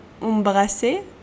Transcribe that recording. embrasser